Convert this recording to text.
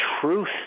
truth